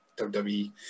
WWE